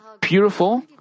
beautiful